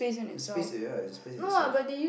the space they are is a space in itself